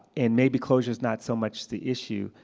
and maybe closure is not so much the issue.